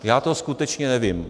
Já to skutečně nevím.